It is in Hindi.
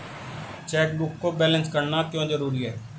चेकबुक को बैलेंस करना क्यों जरूरी है?